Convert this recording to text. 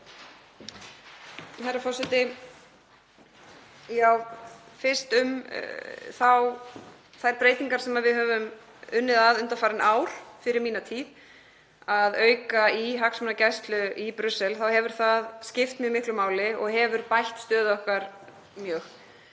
um þær breytingar sem við höfum unnið að undanfarin ár, fyrir mína tíð, að auka hagsmunagæslu í Brussel. Það hefur skipt mjög miklu máli og hefur bætt stöðu okkar mjög.